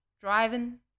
driving